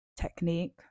technique